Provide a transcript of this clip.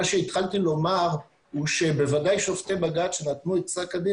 מה שהתחלתי לומר הוא שבוודאי שופטי בג"ץ שנתנו את פסק הדין,